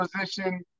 Position